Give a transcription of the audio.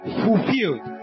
fulfilled